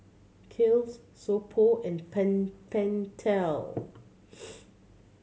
Kiehl's So Pho and Pen Pentel